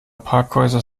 parkhäuser